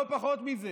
לא פחות מזה.